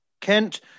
Kent